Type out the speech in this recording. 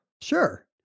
Sure